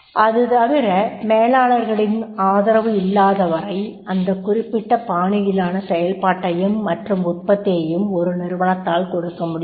அது தவிர மேலாளர்களின் ஆதரவு இல்லாத வரை எந்த குறிப்பிட்ட பாணியிலான செயல்பாட்டையும் மற்றும் உற்பத்தியும் ஒரு நிருவனத்தால் கொடுக்க முடியாது